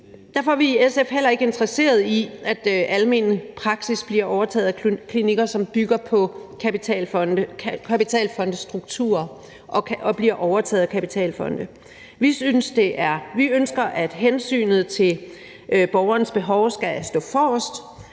Derfor er vi i SF heller ikke interesseret i, at almen praksis bliver overtaget af klinikker, som bygger på kapitalfondsstrukturer og bliver overtaget af kapitalfonde. Vi ønsker, at hensynet til borgerens behov skal stå forrest,